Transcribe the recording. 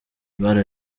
ibara